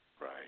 Right